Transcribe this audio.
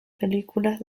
películas